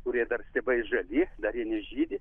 kurie dar stiebai žadi dar jie nežydi